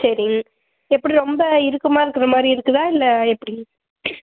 சரி எப்படி ரொம்ப இருக்கமாக இருக்கிற மாதிரி இருக்குதா இல்லை எப்படி